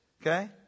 okay